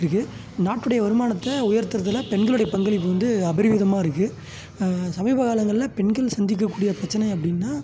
இருக்குது நாட்டுடைய வருமானத்தை உயர்த்திருதல பெண்களுடைய பங்களிப்பு வந்து அபரிவிதமாக இருக்குது சமீப காலங்களில் பெண்கள் சந்திக்கக்கூடிய பிரச்சினை அப்படின்னா